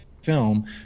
film